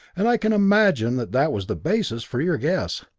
and i can imagine that that was the basis for your guess.